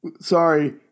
Sorry